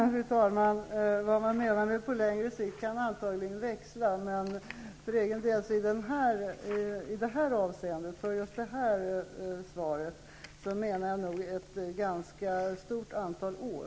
Fru talman! Vad man menar med på längre sikt kan antagligen växla. För egen del menar jag nog ett ganska stort antal år i det här fallet.